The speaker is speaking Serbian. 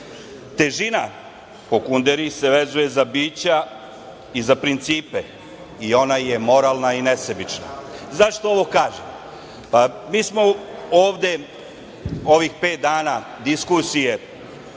Težina po Kunderi se vezuje za bića i za principe i ona je moralna i nesebična.Zašto ovo kažem? Mi smo ovde, ovih pet diskusije,